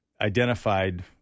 identified